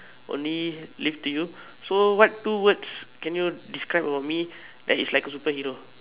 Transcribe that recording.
only leave to you so what two words can you describe over me that is like a superhero